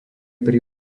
pri